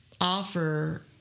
offer